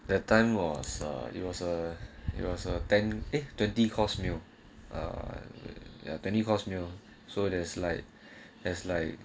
that time was a it was a it was a ten eh twenty course meal ah yeah twenty course meal so there's like there's like